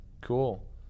cool